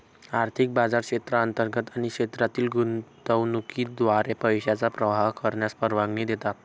आर्थिक बाजार क्षेत्रांतर्गत आणि क्षेत्रातील गुंतवणुकीद्वारे पैशांचा प्रवाह करण्यास परवानगी देतात